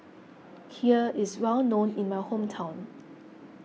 Kheer is well known in my hometown